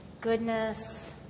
goodness